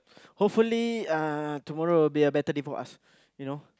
hopefully uh tomorrow will be a better day for us you know